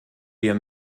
wir